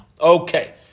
Okay